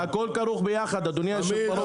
הכול כרוך ביחד, אדוני היושב-ראש.